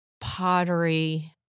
pottery